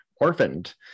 orphaned